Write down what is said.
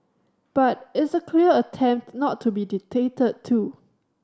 but it's a clear attempt not to be dictated to